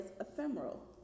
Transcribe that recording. ephemeral